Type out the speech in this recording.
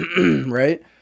Right